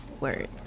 Word